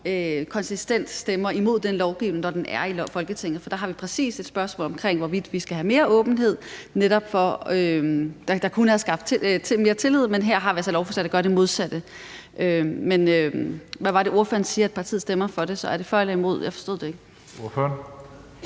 konsistent stemmer imod den lovgivning, når den er i Folketinget. For der har vi præcis et spørgsmål omkring, hvorvidt vi skal have mere åbenhed, der kunne have skabt mere tillid, men her har vi altså et lovforslag, der gør det modsatte. Men hvad var det ordføreren sagde partiet stemmer i forhold til det? Var det for eller imod? Jeg forstod det ikke. Kl.